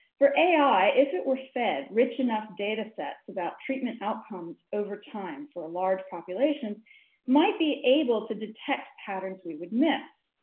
for ai if it were fed rich enough datasets about treatment outcomes over time for a large populations might be able to detect patterns we would miss.